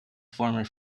former